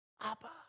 Abba